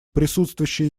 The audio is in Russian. присутствующие